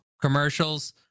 commercials